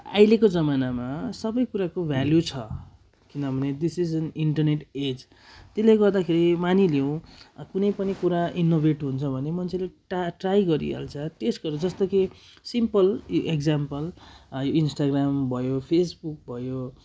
अहिलेको जमानामा सबै कुराको भ्याल्यु छ किनभने दिस इस इन्टर्नेट एज त्यसले गर्दाखेरि मानिलिउँ कुनै पनि कुरा इनोभेट हुन्छ भने मन्छेाले टाइ ट्राइ गरिहाल्छ त्यसको जस्तो कि सिमपल इकज्याम्पल इन्सटाग्राम भयो फेसबुक भयो